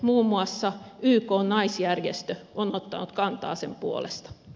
muun muassa ykn naisjärjestö on ottanut kantaa sen puolesta